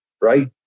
right